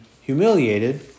humiliated